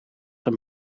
een